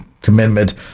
commitment